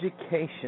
education